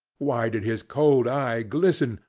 why did his cold eye glisten,